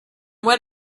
what